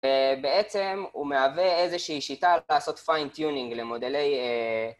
ובעצם הוא מהווה איזושהי שיטה לעשות Fine Tuning למודלי...